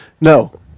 no